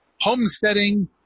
homesteading